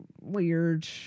weird